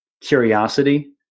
curiosity